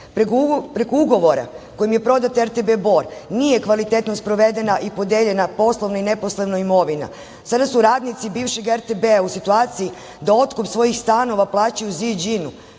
deca. Preko ugovora kojim je prodat RTB Bor nije kvalitetno sprovedena i podeljena poslovna i neposlovna imovina. Sada su radnici bivšeg RTB-a u situaciji da otkup svojih stanova plaćaju Ziđinu,